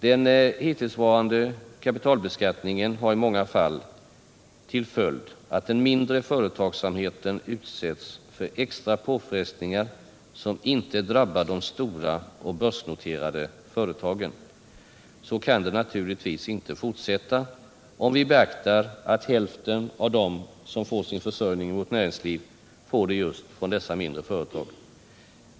Den hittillsvarande kapitalbeskattningen har i många fall haft till följd att den mindre företagsamheten utsatts för extra påfrestningar som inte drabbat de stora och börsnoterade företagen. Så kan det naturligtvis inte få fortsätta, om vi beaktar att hälften av dem som får sin försörjning i vårt näringsliv får det just från dessa mindre företag.